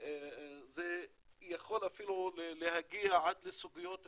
זה יכול אפילו להגיע עד לסוגיות כמו,